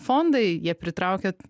fondai jie pritraukia